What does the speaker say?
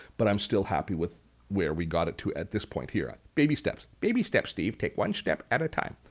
but i'm still happy with where we got it to at this point here. baby steps. baby steps, steve. take one step at a time.